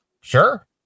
Sure